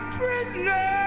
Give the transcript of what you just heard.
prisoner